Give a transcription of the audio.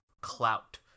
clout